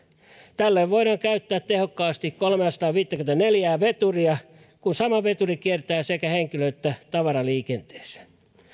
tällöin voidaan käyttää tehokkaasti kolmeasataaviittäkymmentäneljää veturia kun sama veturi kiertää sekä henkilö että tavaraliikenteessä